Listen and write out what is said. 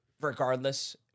regardless